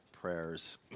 prayers